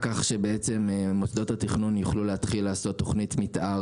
כך שמוסדות התכנון יוכלו להתחיל לעשות תכנית מתאר